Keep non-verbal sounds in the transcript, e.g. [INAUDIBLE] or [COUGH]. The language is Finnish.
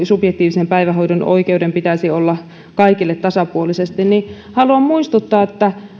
[UNINTELLIGIBLE] subjektiivisen päivähoito oikeuden pitäisi olla kaikille tasapuolisesti haluan muistuttaa että